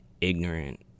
ignorant